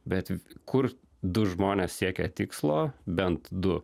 bet kur du žmonės siekia tikslo bent du